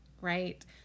right